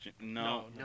No